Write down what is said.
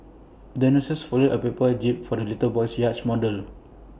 the nurse folded A paper jib for the little boy's yacht model